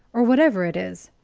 or whatever it is!